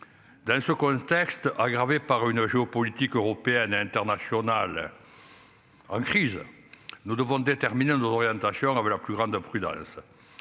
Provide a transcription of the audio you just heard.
Dans ce contexte aggravé par une géopolitique European internationale. En crise. Nous devons. D'orientation avec la plus grande prudence.